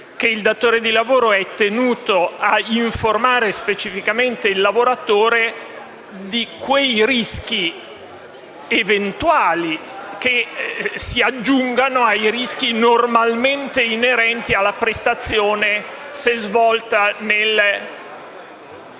che il datore di lavoro è tenuto a informare specificamente il lavoratore di quei rischi eventuali che si aggiungano a quelli normalmente inerenti alla prestazione svolta nel